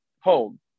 home